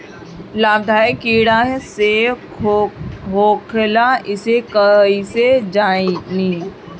लाभदायक कीड़ा भी होखेला इसे कईसे जानी?